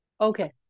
Okay